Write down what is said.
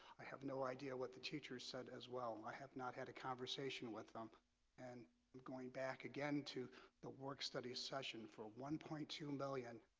i have no idea what the teacher said as well. i have not had a conversation with them and going back again to the work study session for one point two million.